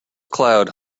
cloud